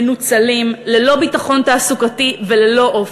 מנוצלים, ללא ביטחון תעסוקתי וללא אופק.